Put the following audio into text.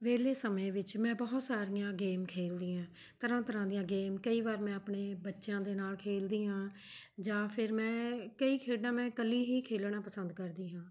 ਵੇਹਲੇ ਸਮੇਂ ਵਿੱਚ ਮੈਂ ਬਹੁਤ ਸਾਰੀਆਂ ਗੇਮ ਖੇਲਦੀ ਹਾਂ ਤਰ੍ਹਾਂ ਤਰ੍ਹਾਂ ਦੀਆਂ ਗੇਮ ਕਈ ਵਾਰ ਮੈਂ ਆਪਣੇ ਬੱਚਿਆਂ ਦੇ ਨਾਲ਼ ਖੇਲਦੀ ਹਾਂ ਜਾਂ ਫਿਰ ਮੈਂ ਕਈ ਖੇਡਾਂ ਮੈਂ ਇਕੱਲੀ ਹੀ ਖੇਲਣਾ ਪਸੰਦ ਕਰਦੀ ਹਾਂ